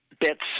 Bits